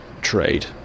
trade